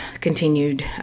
continued